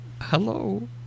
hello